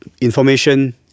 Information